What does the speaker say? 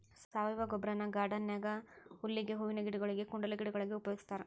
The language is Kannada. ಸಾವಯವ ಗೊಬ್ಬರನ ಗಾರ್ಡನ್ ನ್ಯಾಗ ಹುಲ್ಲಿಗೆ, ಹೂವಿನ ಗಿಡಗೊಳಿಗೆ, ಕುಂಡಲೆ ಗಿಡಗೊಳಿಗೆ ಉಪಯೋಗಸ್ತಾರ